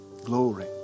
glory